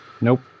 Nope